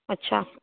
अच्छा